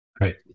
Right